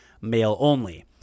male-only